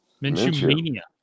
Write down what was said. Mania